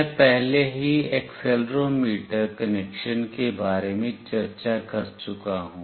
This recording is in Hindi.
मैं पहले ही एक्सेलेरोमीटर कनेक्शन के बारे में चर्चा कर चुका हूं